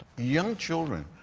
young children,